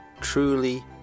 truly